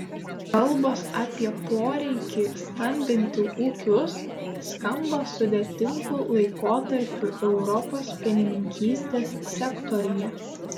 kalbos apie poreikį stambinti ūkius skamba sudėtingu laikotarpiu europos pienininkystės sektoriuje